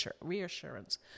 Reassurance